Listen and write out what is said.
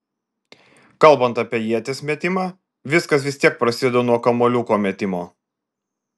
kalbant apie ieties metimą viskas vis tiek prasideda nuo kamuoliuko metimo